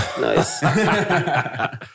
Nice